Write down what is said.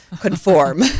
conform